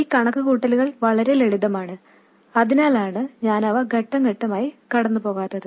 ഈ കണക്കുകൂട്ടലുകൾ വളരെ ലളിതമാണ് അതിനാലാണ് ഞാൻ അവയിലൂടെ ഘട്ടം ഘട്ടമായി കടന്നുപോകാത്തത്